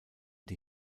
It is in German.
die